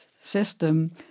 system